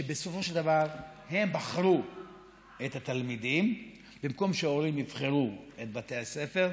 שבסופו של דבר בחרו את התלמידים במקום שההורים יבחרו את בתי הספר,